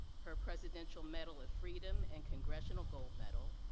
her presidential medal of freedom and congressional gold medal,